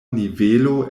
nivelo